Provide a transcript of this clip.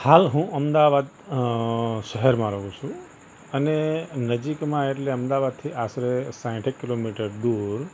હાલ હું અમદાવાદ અ શહેરમાં રહું છું અને નજીકમાં એટલે અમદાવાદથી આશરે સાઠેક કિલોમીટર દૂર